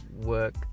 work